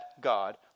God